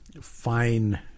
fine